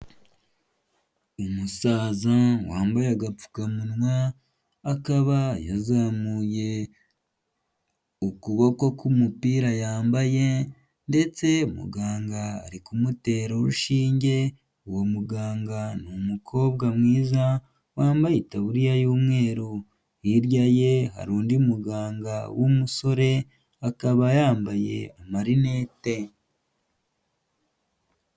Umusaza wambaye agapfukamunwa, akaba yazamuye ukuboko k'umupira yambaye ndetse muganga ari kumutera urushinge, uwo muganga ni umukobwa mwiza, wambaye itaburiya y'umweru, hirya ye hari undi muganga w'umusore, akaba yambaye amarinete.